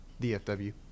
DFW